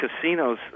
casinos